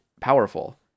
powerful